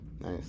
Nice